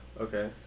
Okay